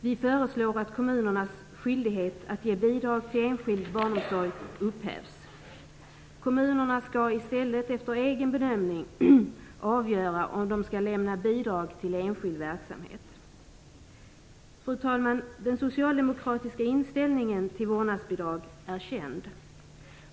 Vi föreslår att kommunernas skyldighet att ge bidrag till enskild barnomsorg upphävs. Kommunerna skall i stället efter egen bedömning avgöra om de skall lämna bidrag till enskild verksamhet. Fru talman! Den socialdemokratiska inställningen till vårdnadsbidrag är känd.